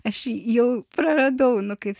aš jį jau praradau nu kaip